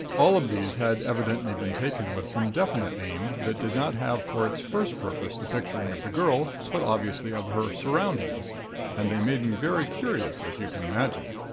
all of these had evidently been taken with some definite aim that did not have for its first purpose the picturing of the girl, but obviously of her surroundings and they made me very curious, as you can imagine.